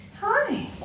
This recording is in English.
hi